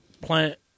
Plant